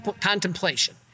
contemplation